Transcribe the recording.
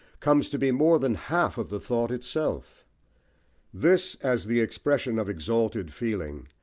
comes to be more than half of the thought itself this, as the expression of exalted feeling,